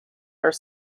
are